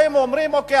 באים ואומרים: אוקיי,